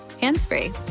hands-free